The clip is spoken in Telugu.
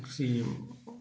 సీ